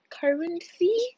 currency